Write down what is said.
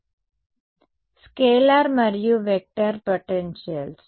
కాబట్టి స్కేలార్ మరియు vector potentials